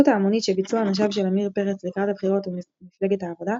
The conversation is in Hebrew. ההמונית שביצעו אנשיו של עמיר פרץ לקראת הבחירות במפלגת העבודה.